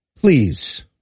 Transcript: Please